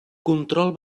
control